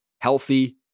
healthy